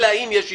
אלא אם יש אישור.